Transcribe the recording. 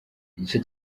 igice